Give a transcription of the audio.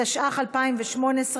התשע"ח 2018,